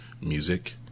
music